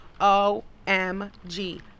O-M-G